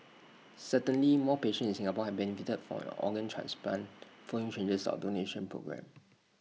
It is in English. certainly more patients in Singapore have benefited from organ transplant following changes to our donation programmes